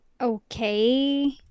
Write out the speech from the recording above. okay